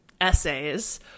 essays